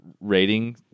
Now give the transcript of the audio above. rating